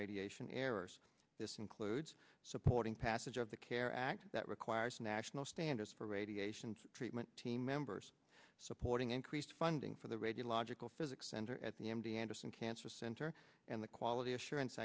radiation errors this includes supporting passage of the care act that requires national standards for radiation treatment team members supporting increased funding for the radiological physics center at the m d anderson cancer center and the quality assurance